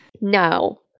no